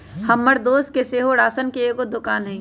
हमर दोस के सेहो राशन के एगो दोकान हइ